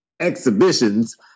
exhibitions